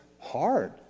hard